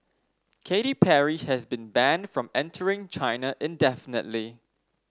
Katy Perry has been banned from entering China indefinitely